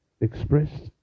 expressed